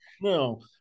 No